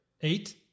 eight